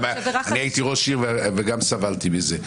הייתי ראש עיר וגם אני סבלתי מזה,